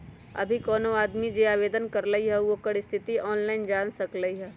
अभी कोनो आदमी जे आवेदन करलई ह ओकर स्थिति उ ऑनलाइन जान सकलई ह